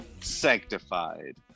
sanctified